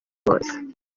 hose